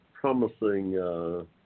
promising